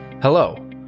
Hello